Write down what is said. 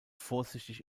vorsichtig